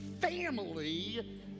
family